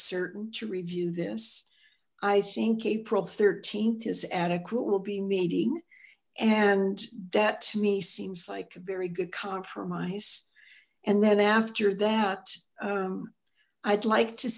certain to review this i think april th is adequate we'll be meeting and that to me seems like a very good compromise and then after that i'd like to